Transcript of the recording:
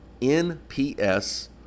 nps